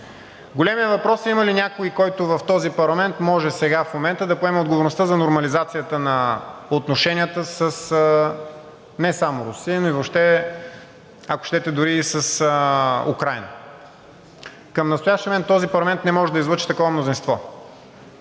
Големият въпрос е – има ли някой, който в този парламент може сега, в момента, да поеме отговорността за нормализацията на отношенията с – не само Русия, ами въобще, ако щете дори и с Украйна. Към настоящия момент този парламент не може да излъчи такова мнозинство.